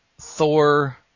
Thor